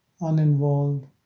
uninvolved